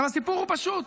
עכשיו, הסיפור הוא פשוט: